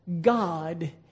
God